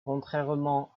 contrairement